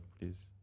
please